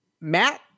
matt